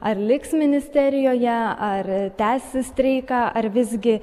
ar liks ministerijoje ar tęs streiką ar visgi